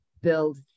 build